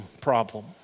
problem